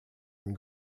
and